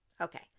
okay